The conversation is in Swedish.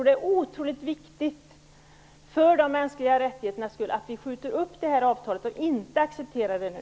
Det är för de mänskliga rättigheternas skull otroligt viktigt att vi skjuter upp avtalet och inte accepterar det nu.